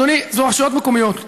אדוני, אלה רשויות מקומיות.